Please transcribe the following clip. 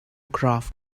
craft